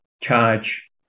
charge